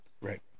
Right